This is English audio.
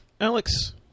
Alex